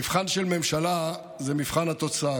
מבחן של ממשלה זה מבחן התוצאה.